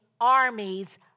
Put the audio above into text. armies